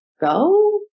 go